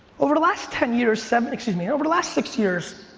over the last ten years, excuse me, over the last six years,